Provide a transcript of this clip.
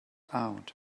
out